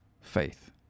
faith